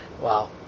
Wow